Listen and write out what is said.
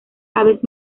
aves